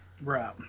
right